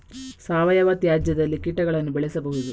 ಸಾವಯವ ತ್ಯಾಜ್ಯದಲ್ಲಿ ಕೀಟಗಳನ್ನು ಬೆಳೆಸಬಹುದು